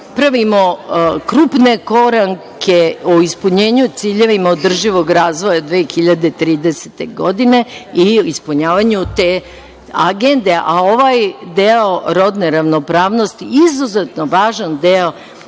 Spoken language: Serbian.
pravimo krupne korake u ispunjenju ciljeva održivog razvoja 2030. godine i ispunjavanju te agende. Ovaj deo rodne ravnopravnosti je izuzetno važan deo